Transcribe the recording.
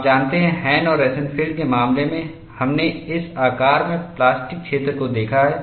आप जानते हैं हैन और रोसेनफील्ड के मामले में हमने इस आकार में प्लास्टिक क्षेत्र को देखा है